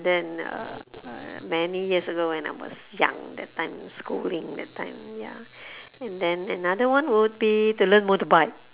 then uh many years ago when I was young that time schooling that time ya and then another one would be to learn motorbike